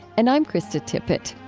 and i'm krista tippett